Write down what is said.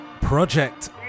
Project